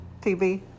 TV